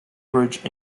bridge